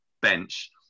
bench